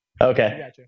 Okay